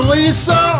Lisa